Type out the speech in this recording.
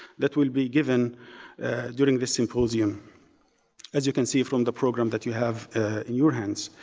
that will be given during this symposium as you can see from the program that you have in your hands.